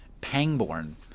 Pangborn